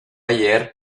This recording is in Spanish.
ayer